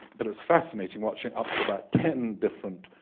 but it's fascinating watching up to about ten different